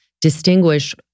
distinguish